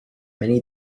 many